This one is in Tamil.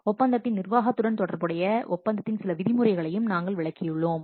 ஒப்பந்தத்தின் நிர்வாகத்துடன் தொடர்புடைய சில விதிமுறைகளையும் நாம் விளக்கியுள்ளோம்